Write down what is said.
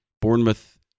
Bournemouth